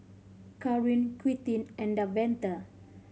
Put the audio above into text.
Caron Quintin and Davante